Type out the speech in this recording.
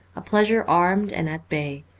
a pleasure armed and at bay.